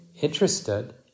interested